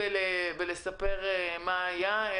בבעיות ובפתרונות.